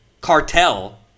cartel